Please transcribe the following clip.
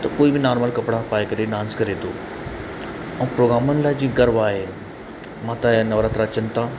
त कोई बि नॉर्मल कपिड़ा पाए करे डांस करे थो ऐं प्रोग्रामनि लाइ जीअं गरबा आहे माता जा नवरात्रा अचनि था